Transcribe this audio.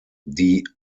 die